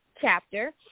Chapter